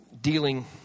dealing